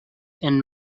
and